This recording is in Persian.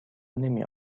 نمی